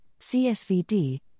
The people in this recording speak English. CSVD